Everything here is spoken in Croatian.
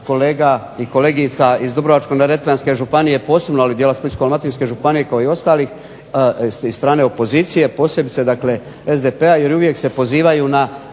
kolega i kolegica iz Dubrovačko-neretvanske županije, posebno dijela Splitsko-dalmatinske županije kao i ostalih iz strane opozicije, posebice dakle SDP-a jer uvijek se pozivaju na